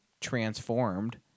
transformed